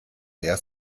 der